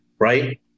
Right